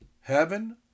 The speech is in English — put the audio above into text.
heaven